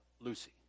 Lucy